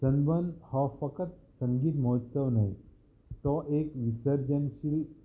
sunburn हो फकत संगीत म्होत्सव न्हय तो एक विसर्जनशील